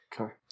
Okay